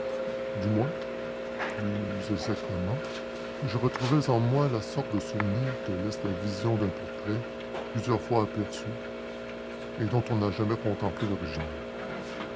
du moins plus exactement je retrouvais en moi la sorte de souvenir que laisse la vision d'un portrait plusieurs fois aperçu et dont on n'a jamais contemplé l'original